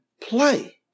play